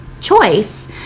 choice